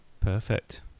Perfect